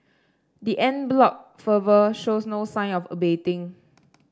the en bloc fervour shows no sign of abating